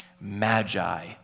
Magi